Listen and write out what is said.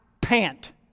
pant